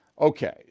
Okay